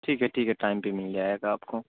ٹھیک ہے ٹھیک ہے ٹائم پہ مل جائے گا آپ کو